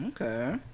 Okay